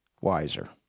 wiser